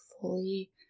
fully